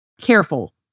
careful